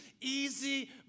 easy